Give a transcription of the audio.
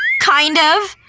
kind of.